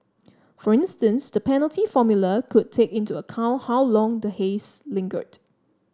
for instance the penalty formula could take into account how long the haze lingered